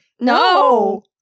No